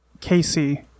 Casey